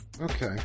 Okay